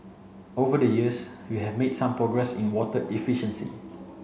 over the years we have made some progress in water efficiency